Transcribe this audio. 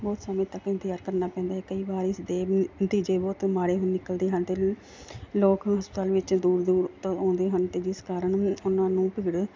ਬਹੁਤ ਸਮੇਂ ਤੱਕ ਇੰਤਜ਼ਾਰ ਕਰਨਾ ਪੈਂਦਾ ਕਈ ਵਾਰ ਇਸ ਦੇ ਨ ਨਤੀਜੇ ਬਹੁਤ ਮਾੜੇ ਨਿਕਲਦੇ ਹਨ ਅਤੇ ਲੋਕ ਹਸਪਤਾਲ ਵਿੱਚ ਦੂਰ ਦੂਰ ਤੋਂ ਆਉਂਦੇ ਹਨ ਅਤੇ ਜਿਸ ਕਾਰਨ ਉ ਉਹਨਾਂ ਨੂੰ ਭੀੜ